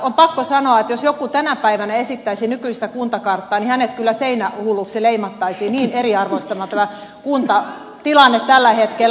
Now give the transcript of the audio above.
on pakko sanoa että jos joku tänä päivänä esittäisi nykyistä kuntakarttaa niin hänet kyllä seinähulluksi leimattaisiin niin eriarvoistava tämä kuntatilanne tällä hetkellä on